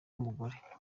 w’umugore